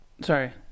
sorry